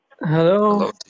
Hello